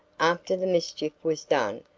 after the mischief was done,